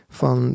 van